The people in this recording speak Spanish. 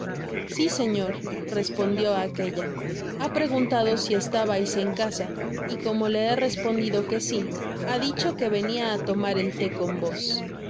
si señor respondió aquella ha preguntado si estabais en casa y como le he respondido que si ha dicho que venia á tomar el thé con vos mr